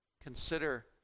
consider